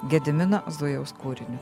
gedimino zujaus kūriniu